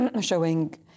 showing